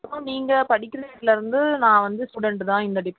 அப்புறோம் நீங்கள் படிக்குறதில் வந்து நான் வந்து ஸ்டுடென்ட் தான் இந்த டிபார்ட்